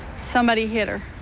somebody hit her.